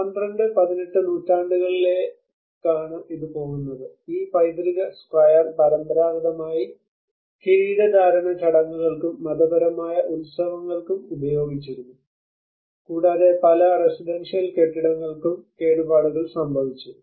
12 18 നൂറ്റാണ്ടുകളിലേക്കാണ് ഇത് പോകുന്നത് ഈ പ്രത്യേക സ്ക്വയർ പരമ്പരാഗതമായി കിരീടധാരണ ചടങ്ങുകൾക്കും മതപരമായ ഉത്സവങ്ങൾക്കും ഉപയോഗിച്ചിരുന്നു കൂടാതെ പല റെസിഡൻഷ്യൽ കെട്ടിടങ്ങൾക്കും കേടുപാടുകൾ സംഭവിച്ചു